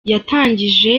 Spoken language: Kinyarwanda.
yatangije